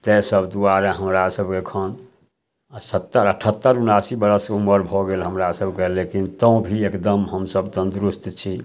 तै सब दुआरे हमरा सब एखन सत्तर अठहत्तरमे उनासी बरस उमर भऽ गेल हमरा सबके लेकिन तौं भी एकदम हमसब तन्दुरुस्त छी